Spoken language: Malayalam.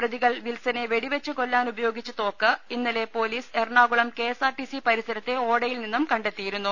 പ്രതികൾ വിത്സനെ വെടിവെച്ച് കൊല്ലാൻ ഉപയോഗിച്ച തോക്ക് ഇന്നലെ police Ernakulam K S R T C പരിസരത്തെ ഓടയിൽ നിന്നും കണ്ടെത്തിയിരുന്നു